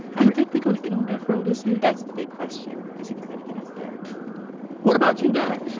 and you think we could get on death row this year? that's the big question, is if we're gonna get up there what about you, nig?